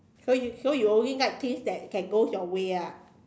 so you so you only like things that that goes your way ah